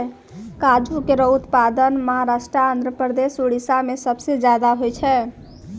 काजू केरो उत्पादन महाराष्ट्र, आंध्रप्रदेश, उड़ीसा में सबसे जादा होय छै